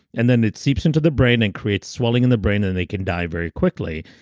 and then it seeps into the brain and creates swelling in the brain and they can die very quickly.